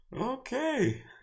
Okay